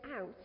out